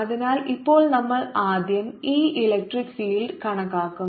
അതിനാൽ ഇപ്പോൾ നമ്മൾ ആദ്യം ഇ ഇലക്ട്രിക് ഫീൽഡ് കണക്കാക്കും